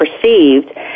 perceived